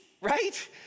right